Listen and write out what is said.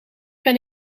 ben